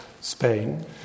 Spain